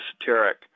esoteric